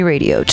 Radio